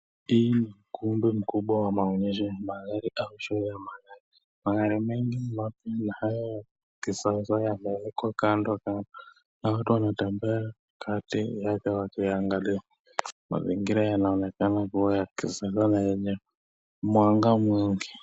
Hii ni kumbe mkubwa la maonyesho ya magari au show ya magari. magari mengi mapya na ya kisasa yameelekezwa kando kando na watu wanatembea katikati yake wakiyaangalia. mazingira yanaonekana kuwa ya kisasa na yenye mwanga mwingi.